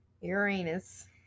Uranus